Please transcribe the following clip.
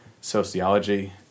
sociology